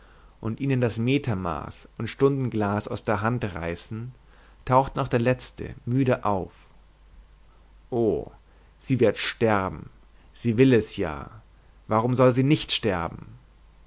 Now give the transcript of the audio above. und ihnen das metermaß und stundenglas aus der hand reißen tauchte noch der letzte müde auf o sie wird sterben sie will es ja warum soll sie nicht sterben